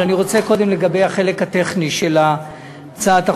אבל אני רוצה לדבר קודם על החלק הטכני של הצעת החוק.